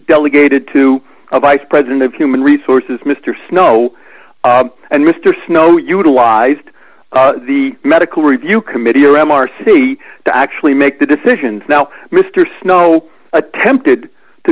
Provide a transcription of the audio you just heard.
delegated to the vice president of human resources mr snow and mr snow utilized the medical review committee or m r c to actually make the decisions now mr snow attempted to